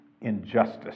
injustice